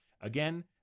again